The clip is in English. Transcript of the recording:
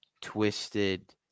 twisted